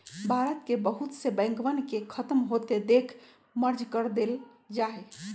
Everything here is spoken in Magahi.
भारत के बहुत से बैंकवन के खत्म होते देख मर्ज कर देयल जाहई